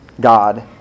God